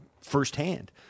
firsthand